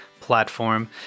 platform